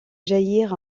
jaillir